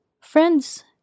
Friends